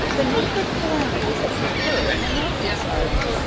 the number of calamities that can occur in an orphan asylum!